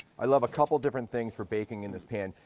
i love a couple of different things for baking in this pan.